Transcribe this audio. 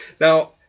Now